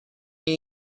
new